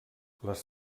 les